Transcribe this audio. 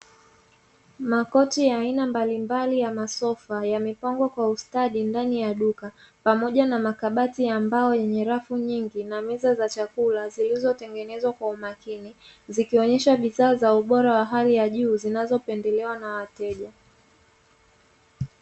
Makochi ya aina mbalimbali ya masofa, yamepangwa kwa ustadi ndani ya duka pamoja na makabati mbao yenye rafu nyingi, na meza za chakula zilizotengenezwa kwa umakini, zikionyesha bidhaa za ubora wa hali ya juu zinazopendelewa na wateja.